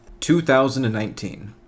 2019